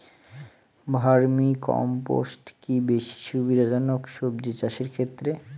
Vermi compost কি বেশী সুবিধা জনক সবজি চাষের ক্ষেত্রে?